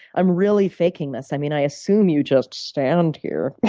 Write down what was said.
i'm really faking this. i mean, i assume you just stand here.